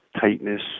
tightness